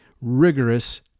rigorous